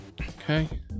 Okay